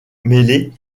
mêlé